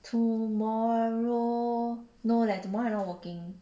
tomorrow no leh tomorrow I not working